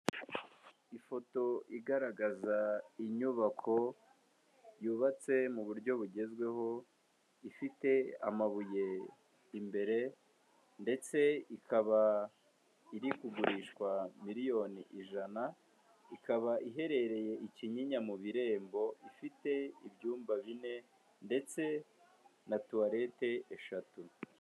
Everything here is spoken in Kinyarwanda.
Ifoto igaragaza inyubako yubatse mu buryo bugezweho, ifite amabuye imbere ndetse ikaba iri kugurishwa miliyoni ijana, ikaba iherereye i Kinyinya mu birembo, ifite ibyumba bine ndetse na tuwarete eshatu.